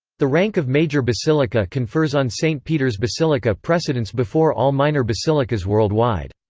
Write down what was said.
the rank of major basilica confers on st. peter's basilica precedence before all minor basilicas worldwide.